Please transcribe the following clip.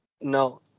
no